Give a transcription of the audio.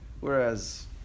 Whereas